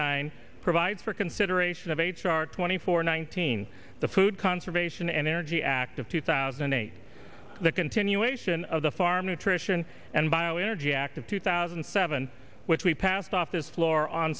nine provides for consideration of h r twenty four nineteen the food conservation energy act of two thousand and eight the continuation of the farm nutrition and bio energy act of two thousand and seven which we passed off this floor on